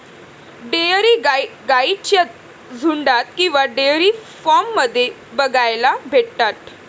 dairy गाई गाईंच्या झुन्डात किंवा डेयरी फार्म मध्ये बघायला भेटतात